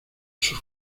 sus